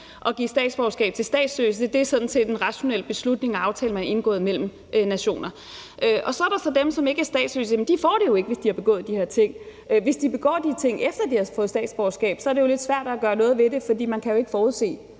at give statsborgerskab til statsløse, men det er sådan set en rationel beslutning og aftale, man har indgået mellem nationer. Så er der så dem, som ikke er statsløse. Men de får det jo ikke, hvis de har begået de her ting, og hvis de begår de her ting, efter at de har fået at statsborgerskab, så er det jo lidt svært at gøre noget ved det. For selv om der